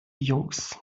jungs